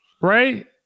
right